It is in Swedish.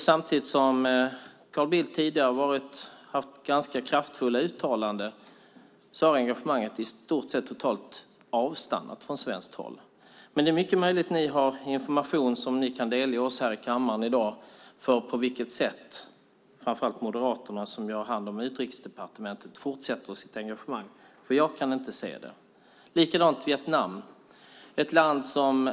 Samtidigt som Carl Bildt tidigare har gjort ganska kraftfulla uttalanden har engagemanget i stort sett totalt avstannat från svenskt håll. Det är mycket möjligt att ni som är här i kammaren har information som ni kan delge oss i dag om på vilket sätt framför allt Moderaterna, som har hand om Utrikesdepartementet, fortsätter sitt engagemang. Jag kan inte se det. Det är samma sak med Vietnam.